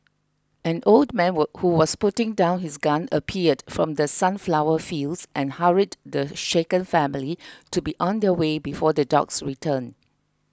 an old man were who was putting down his gun appeared from the sunflower fields and hurried the shaken family to be on their way before the dogs return